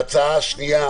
ההצעה השנייה,